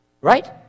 right